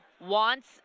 wants